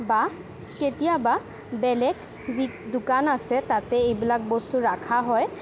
বা কেতিয়াবা বেলেগ যি দোকান আছে তাতে এইবিলাক বস্তু ৰাখা হয়